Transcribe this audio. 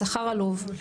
שכר עלוב.